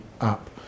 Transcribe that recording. app